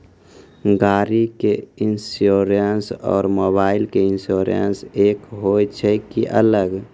गाड़ी के इंश्योरेंस और मोबाइल के इंश्योरेंस एक होय छै कि अलग?